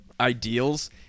ideals